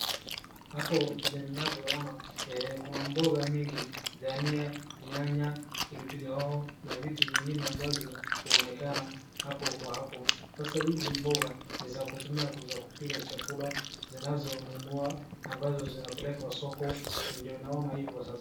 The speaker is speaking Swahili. Hapo vile ninavyoona kuna mboga mingi, dania, nyanya, pilipili hoho na vitu vingine ambavyo uonekana hapo kwa hapo. Sasa hizi mboga ni za kutumia, za kupika chakula zinazonunua ambazo zinapelekwa sokoni. Ndo naona hivo sasa.